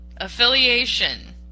affiliation